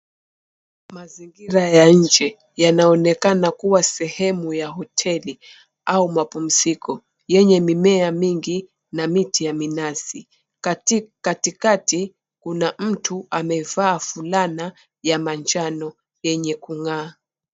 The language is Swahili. Mazingira ya nje, yanaonekana kuwa sehemu ya hoteli au mapumziko yenye mimea mingi na miti ya minazi. Katikati kuna mtu amevaa fulana ya manjano yenye kung'aa.